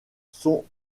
sont